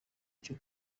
cyo